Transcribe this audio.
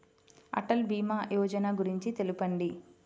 అటల్ భీమా యోజన గురించి తెలుపండి?